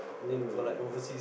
oh